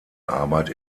arbeit